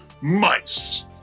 mice